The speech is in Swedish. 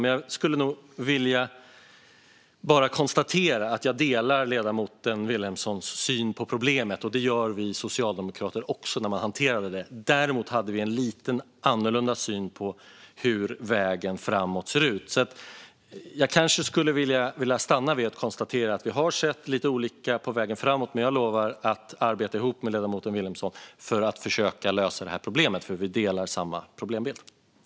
Men jag vill bara konstatera att jag delar ledamoten Vilhelmssons syn på problemet, och det gjorde vi socialdemokrater också när detta hanterades. Däremot hade vi en lite annorlunda syn på hur vägen framåt ser ut. Jag stannar med att konstatera att vi har sett lite olika på hur vägen framåt ser ut, men jag lovar att arbeta ihop med ledamoten Vilhelmsson för att försöka att lösa problemet. Vi har samma bild av problemet.